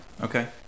okay